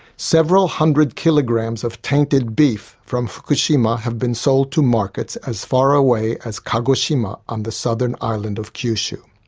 several hundred kilograms of tainted beef from fukushima have been sold to markets as far away as kagoshima on the southern island of kyushu.